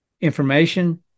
information